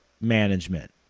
management